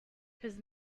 his